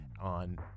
on